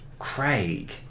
Craig